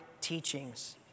teachings